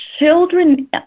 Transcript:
Children